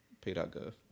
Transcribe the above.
Pay.gov